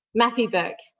matthew bourke.